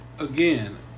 Again